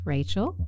Rachel